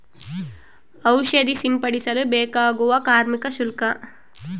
ಔಷಧಿ ಸಿಂಪಡಿಸಲು ಬೇಕಾಗುವ ಕಾರ್ಮಿಕ ಶುಲ್ಕ?